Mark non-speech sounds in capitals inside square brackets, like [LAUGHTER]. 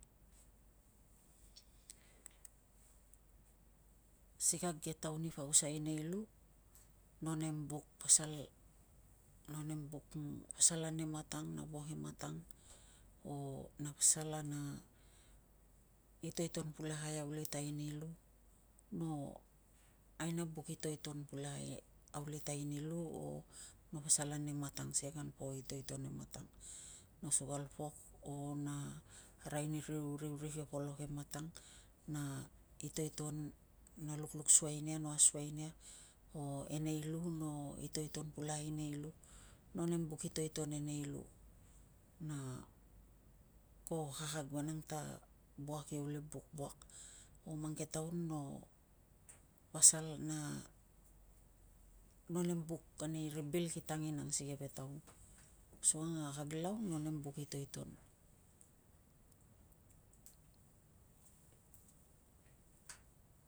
Si kag ke taun ipo ausai nei lu no [HESITATION] nam buk pasal ane matang a wuak e matang o na pasal a na itoiton pulakai aulitai ni lu o no pasal ane matang si kag an po itoiton e matang, no sukal pok o na arai ni ri uriuri kio polok e matang na itoiton na lukluk suai nia na asuai nia o e nei lu no itoiton pulakai nei lu no nem buk itoiton e nei lu. Na ko kakag vanang ta wuak io uli buk wuak au mang ke taun no pasal na no nem luk ani ri bil ki tanginang si keve taun, asukang a kag lau no nem buk itoiton.